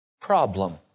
problem